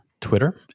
Twitter